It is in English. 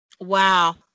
Wow